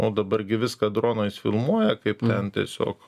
o dabar gi viską dronais filmuoja kaip nes tiesiog